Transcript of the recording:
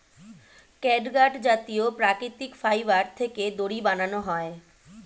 catgut জাতীয় প্রাকৃতিক fibre থেকে দড়ি বানানো হয়